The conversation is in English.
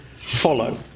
follow